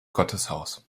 gotteshaus